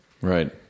Right